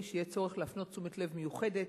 שיהיה צורך להפנות תשומת לב מיוחדת